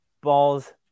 balls